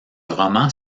roman